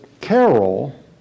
Carol